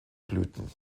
blüten